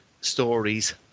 stories